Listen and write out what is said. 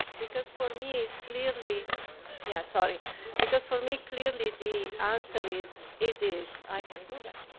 because for me is clearly yeah, sorry because for me clearly the answer is, it is. i can do that.